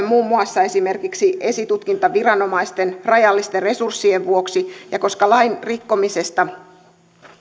muun muassa esitutkintaviranomaisten rajallisten resurssien vuoksi ja siksi koska lain rikkomisesta